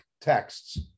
texts